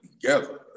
together